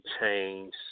Change